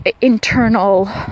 internal